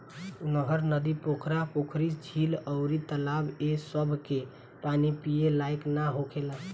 नहर, नदी, पोखरा, पोखरी, झील अउर तालाब ए सभ के पानी पिए लायक ना होखेला